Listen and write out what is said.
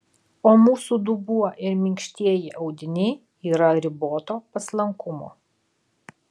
o mūsų dubuo ir minkštieji audiniai yra riboto paslankumo